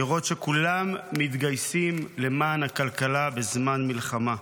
לראות שכולם מתגייסים למען הכלכלה בזמן מלחמה.